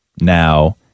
now